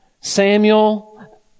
Samuel